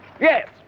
yes